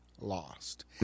lost